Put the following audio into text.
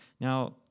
Now